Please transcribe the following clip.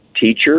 teacher